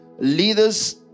Leaders